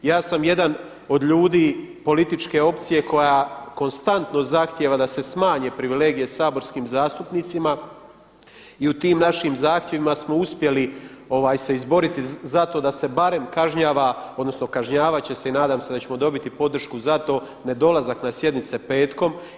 Ja sam jedan od ljudi političke opcije koja konstantno zahtjeva da se smanje privilegije saborskim zastupnicima i u tim našim zahtjevima smo uspjeli se izboriti za to da se barem kažnjava, odnosno kažnjavati će se i nadam se da ćemo dobiti podršku za to, nedolazak na sjednice petkom.